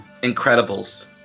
Incredibles